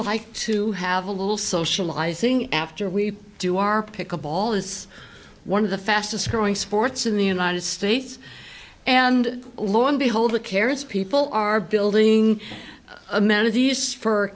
like to have a little socializing after we do our pick a ball is one of the fastest growing sports in the united states and lo and behold the carrots people are building a